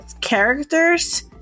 characters